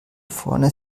vorne